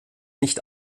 nicht